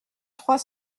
trois